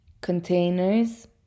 containers